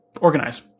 organize